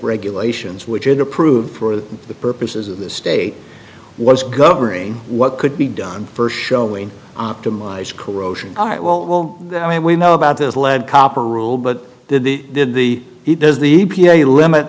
regulations which it approved for the purposes of the state was governing what could be done first showing optimize corrosion all right well i mean we know about this lead copper rule but did the did the it does the p s a limit